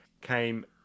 came